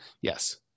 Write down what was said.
yes